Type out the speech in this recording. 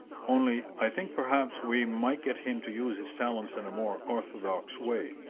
only i think perhaps we might get him to use his talents in a more orthodox way.